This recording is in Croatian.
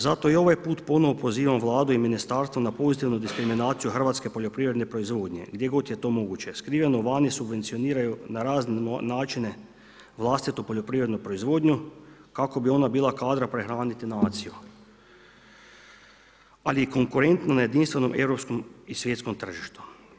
Zato i ovaj put ponovno pozivam Vladu i ministarstvo na pozitivnu diskriminaciju hrvatske poljoprivredne proizvodnje gdje god je to moguće. … vani subvencioniraju na razne načine vlastitu poljoprivrednu proizvodnju kako bi ona bila kadra prehraniti naciju ali i konkurentnu na jedinstvenom, europskom i svjetskom tržištu.